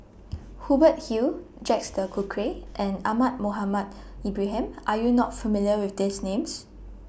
Hubert Hill Jacques De Coutre and Ahmad Mohamed Ibrahim Are YOU not familiar with These Names